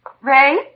Ray